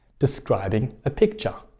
describing a picture.